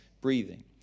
breathing